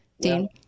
Dean